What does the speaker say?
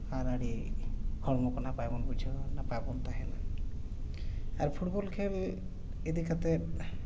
ᱟᱨ ᱟᱹᱰᱤ ᱦᱚᱲᱢᱚ ᱠᱚ ᱱᱟᱯᱟᱭ ᱵᱚᱱ ᱵᱩᱡᱷᱟᱹᱣᱟ ᱟᱨ ᱱᱟᱯᱟᱭ ᱵᱚᱱ ᱛᱟᱦᱮᱱᱟ ᱟᱨ ᱯᱷᱩᱴᱵᱚᱞ ᱠᱷᱮᱞ ᱤᱫᱤ ᱠᱟᱛᱮᱫ